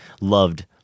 loved